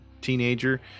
teenager